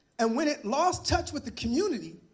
and when it lost touch with the community,